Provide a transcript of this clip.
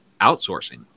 outsourcing